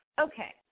Okay